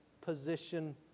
position